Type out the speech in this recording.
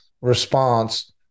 response